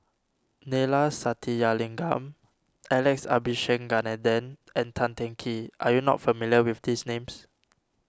Neila Sathyalingam Alex Abisheganaden and Tan Teng Kee are you not familiar with these names